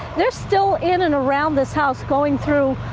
they're still in and around this house going through.